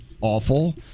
awful